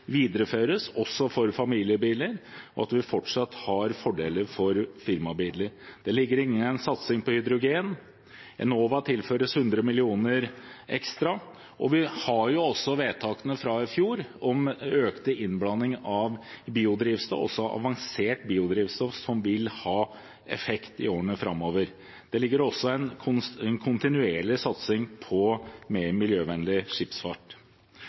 videreføres også for familiebiler, og at vi fortsatt har fordeler for firmabiler. Det ligger inne en satsing på hydrogen, Enova tilføres 100 mill. kr ekstra, og vi har også vedtakene fra i fjor om økt innblanding av avansert biodrivstoff, noe som vil ha effekt i årene framover. Det ligger også inne en kontinuerlig satsing på mer miljøvennlig skipsfart.